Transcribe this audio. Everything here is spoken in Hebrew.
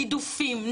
גידופים,